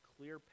clear